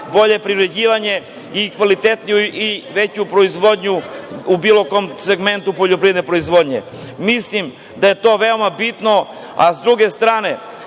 bolje privređivanje i kvalitetniju i veću proizvodnju u bilo kom segmentu poljoprivredne proizvodnje. Mislim da je to veoma bitno. Sa druge strane,